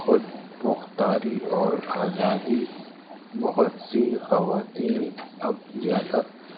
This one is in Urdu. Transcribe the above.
خود مختاری اور آزادی بہت سی خواتین اب زیادہ